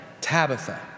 Tabitha